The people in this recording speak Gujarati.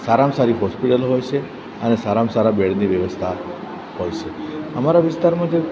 સારામાં સારી હોસ્પિટલ હોય છે અને સારામાં સારા બેડની વ્યવસ્થા હોય છે અમારા વિસ્તારમાં જે